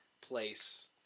place